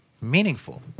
meaningful